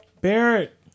Barrett